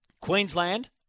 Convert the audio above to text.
Queensland